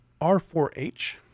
R4H